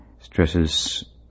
Stresses